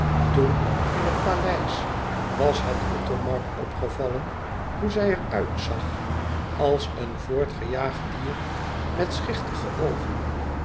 toen in het paleis was het othomar opgevallen hoe zij er uitzag als een voortgejaagd dier met schichtige oogen